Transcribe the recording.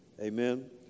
Amen